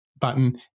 button